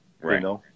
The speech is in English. Right